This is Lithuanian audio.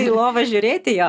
į lovą žiūrėti jo